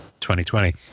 2020